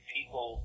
people –